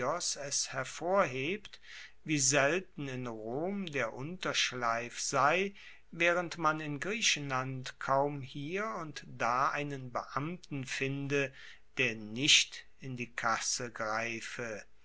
hervorhebt wie selten in rom der unterschleif sei waehrend man in griechenland kaum hier und da einen beamten finde der nicht in die kasse greife